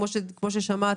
כמו ששמעת,